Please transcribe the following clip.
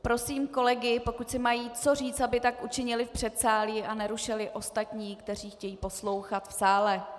Prosím kolegy, pokud si mají co říct, aby tak učinili v předsálí a nerušili ostatní, kteří chtějí poslouchat v sále.